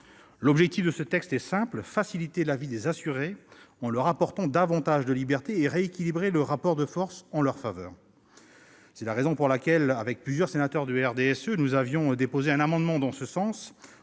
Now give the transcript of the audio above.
L'objectif de ce texte est simple : faciliter la vie des assurés en leur apportant davantage de liberté et rééquilibrer le rapport de force en leur faveur. C'est la raison pour laquelle, avec plusieurs sénateurs du groupe du Rassemblement Démocratique